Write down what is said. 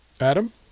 adam